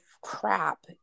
crap